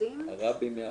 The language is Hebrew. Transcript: בודדים.